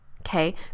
okay